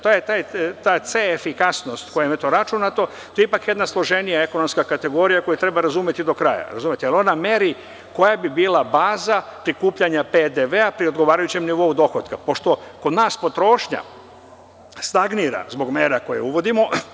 Ta ce-efikasnost, kojom je to računato, to je ipak jedna složenija ekonomska kategorija koju treba razumeti do kraja, jer ona meri koja bi bila baza prikupljanja PDV-a pri odgovarajućem nivou dohotka, pošto kod nas potrošnja stagnira zbog mera koje uvodimo.